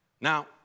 Now